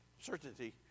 certainty